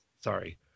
sorry